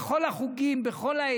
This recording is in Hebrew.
בכל החוגים,